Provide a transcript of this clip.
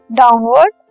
downward